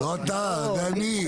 לא אתה, זה אני.